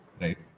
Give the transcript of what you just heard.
right